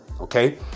Okay